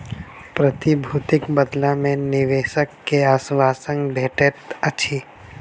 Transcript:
प्रतिभूतिक बदला मे निवेशक के आश्वासन भेटैत अछि